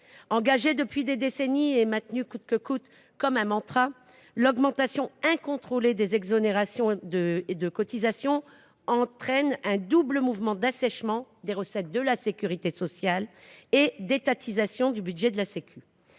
Engagée depuis des décennies et maintenue coûte que coûte, comme un mantra, l’augmentation incontrôlée des exonérations de cotisations entraîne un double mouvement d’assèchement des recettes de la sécurité sociale et d’étatisation. Chaque année,